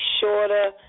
shorter